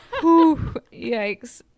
Yikes